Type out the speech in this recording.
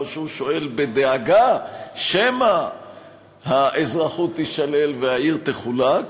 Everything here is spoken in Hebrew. או שהוא שואל בדאגה שמא האזרחות תישלל והעיר תחולק.